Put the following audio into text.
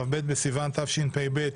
כ"ב בסיוון התשפ"ב,